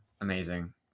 amazing